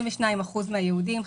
22% מן היהודים,